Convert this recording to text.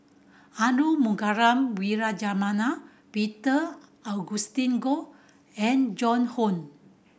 Arumugam Vijiaratnam Peter Augustine Goh and Joan Hon